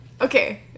Okay